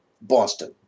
Boston